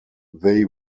they